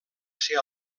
ser